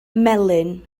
melyn